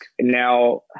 Now